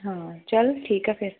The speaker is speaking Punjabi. ਹਾਂ ਚਲ ਠੀਕ ਆ ਫਿਰ